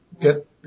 get